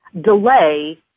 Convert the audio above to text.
delay